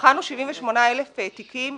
בחנו 78,000 תיקים.